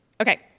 Okay